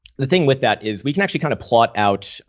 the thing with that is we can actually kind of plot out